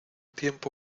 tiempo